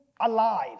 alive